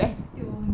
丢脸